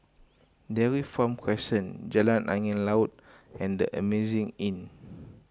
Dairy Farm Crescent Jalan Angin Laut and the Amazing Inn